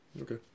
Okay